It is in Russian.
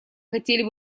хотели